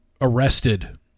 arrested